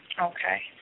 Okay